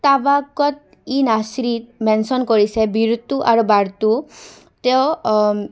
টাবাকত ই নাচৰি মেনচন কৰিছে বিৰুতু আৰু বাৰটু তেওঁ